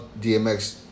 DMX